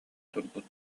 турбут